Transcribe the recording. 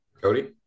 Cody